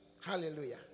Hallelujah